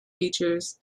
features